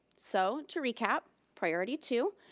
so to recap, priority two,